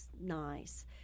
nice